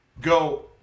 go